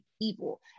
evil